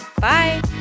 Bye